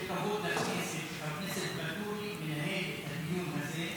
טעות לכנסת שחבר הכנסת ואטורי מנהל את הדיון הזה.